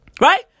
Right